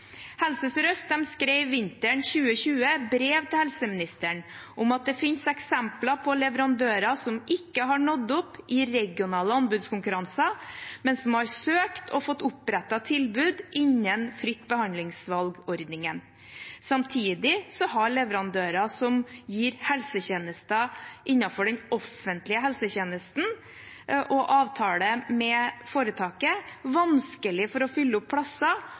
skrev vinteren 2020 brev til helseministeren om at det finnes eksempler på leverandører som ikke har nådd opp i regionale anbudskonkurranser, men som har søkt om og fått opprettet tilbud innen Fritt behandlingsvalg-ordningen. Samtidig har leverandører som gir helsetjenester innenfor den offentlige helsetjenesten og har avtale med foretaket, vanskelig for å fylle opp plasser,